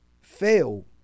fail